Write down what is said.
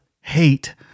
hate